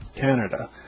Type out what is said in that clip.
Canada